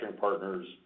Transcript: partners